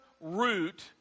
root